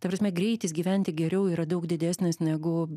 ta prasme greitis gyventi geriau yra daug didesnis negu